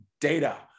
data